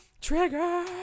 Trigger